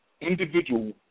individual